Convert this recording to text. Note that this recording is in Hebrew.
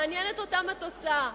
מעניינת אותן התוצאה.